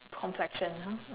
complexion ah